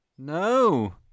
No